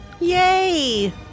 Yay